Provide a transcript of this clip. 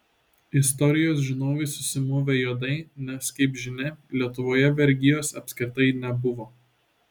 istorijos žinovai susimovė juodai nes kaip žinia lietuvoje vergijos apskritai nebuvo